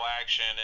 action